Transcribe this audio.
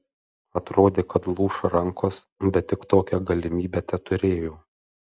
atrodė kad lūš rankos bet tik tokią galimybę teturėjau